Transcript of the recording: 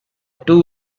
two